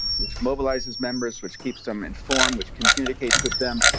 which mobilizes members, which keeps them in form, which communicates with them,